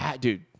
dude